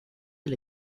del